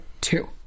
two